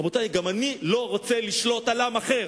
רבותי, גם אני לא רוצה לשלוט על עם אחר.